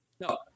no